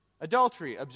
Adultery